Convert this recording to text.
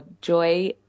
Joy